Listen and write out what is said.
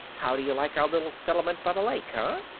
how do you like our little settlement by the lake, huh?